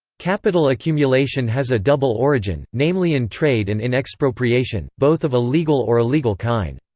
capital accumulation has a double origin, namely in trade and in expropriation, both of a legal or illegal kind.